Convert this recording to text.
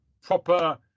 proper